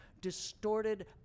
distorted